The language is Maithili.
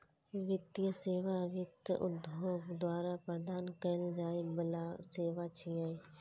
वित्तीय सेवा वित्त उद्योग द्वारा प्रदान कैल जाइ बला सेवा छियै